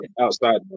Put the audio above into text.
outside